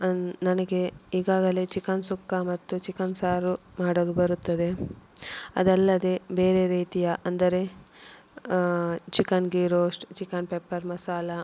ಅಂದು ನನಗೆ ಈಗಾಗಲೆ ಚಿಕನ್ ಸುಕ್ಕ ಮತ್ತು ಚಿಕನ್ ಸಾರು ಮಾಡಲು ಬರುತ್ತದೆ ಅದಲ್ಲದೆ ಬೇರೆ ರೀತಿಯ ಅಂದರೆ chicken ghee roast chicken pepper ಮಸಾಲೆ